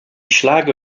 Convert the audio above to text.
schlage